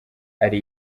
ari